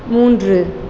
மூன்று